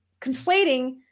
conflating